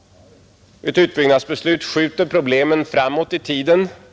Ett utbyggnadsbeslut skulle bara skjuta problemen framåt i tiden.